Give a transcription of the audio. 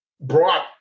brought